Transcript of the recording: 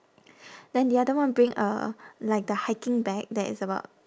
then the other one bring uh like the hiking bag that is about